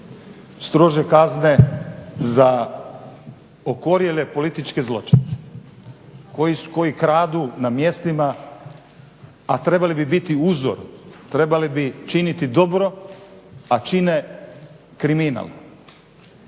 Strože kazne za okorjele političke zločince koji kradu na mjestima a trebali bi biti uzor, trebali bi činiti dobro a čine kriminal.